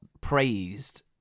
praised